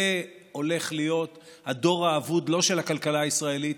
זה הולך להיות הדור האבוד לא של הכלכלה הישראלית,